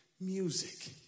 Music